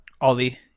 Ollie